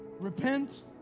repent